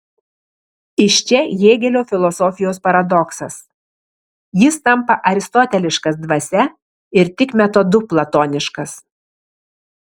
iš čia hėgelio filosofijos paradoksas jis tampa aristoteliškas dvasia ir tik metodu platoniškas